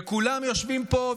וכולם יושבים פה,